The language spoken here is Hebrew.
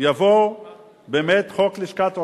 יבוא חוק לשכת עורכי-הדין.